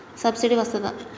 Subsidy వస్తదా?